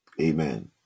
Amen